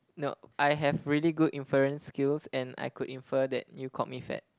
no I have really good inference skills and I could infer that you called me fat